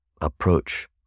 approach